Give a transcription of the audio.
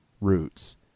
Roots